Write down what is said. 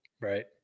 right